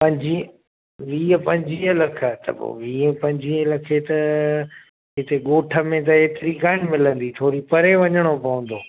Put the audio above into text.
पंजीह वीह पंजुवीह लख त पो वीह पंजुवीह लख त हिते ॻोठ में त एतरी कोनि मिलंदी थोरो परे वञिणो पवंदो